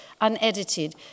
unedited